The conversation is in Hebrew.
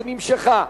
והיא נמשכה.